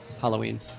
Halloween